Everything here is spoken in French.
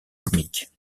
comiques